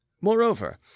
Moreover